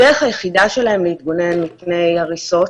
הדרך היחידה שלהם להתגונן מפני הריסות,